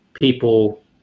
people